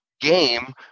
game